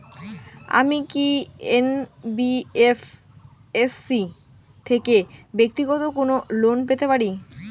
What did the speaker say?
আমি কি এন.বি.এফ.এস.সি থেকে ব্যাক্তিগত কোনো লোন পেতে পারি?